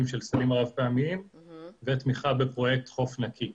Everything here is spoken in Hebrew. של שקים רב-פעמיים ותמיכה בפרויקט חוף נקי.